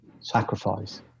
sacrifice